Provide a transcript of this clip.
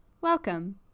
Welcome